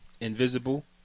Invisible